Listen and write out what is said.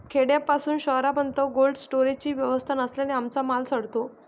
खेड्यापासून शहरापर्यंत कोल्ड स्टोरेजची व्यवस्था नसल्याने आमचा माल सडतो